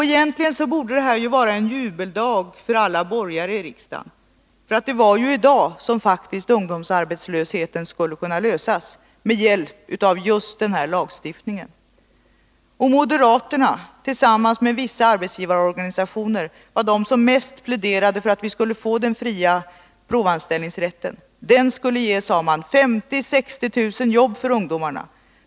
Egentligen borde det vara en jubeldag för alla ”borgare” i riksdagen — det var ju med hjälp av just den lagstiftningen som problemet med ungdomsarbetslösheten skulle kunna lösas! Moderaterna och vissa arbetsgivarorganisationer var de som mest pläderade för den fria provanställningsrätten. Den skulle, sade man, ge 50 000-60 000 jobb åt ungdomarna.